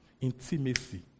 Intimacy